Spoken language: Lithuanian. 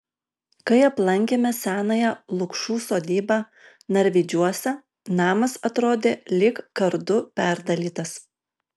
kai aplankėme senąją lukšų sodybą narvydžiuose namas atrodė lyg kardu perdalytas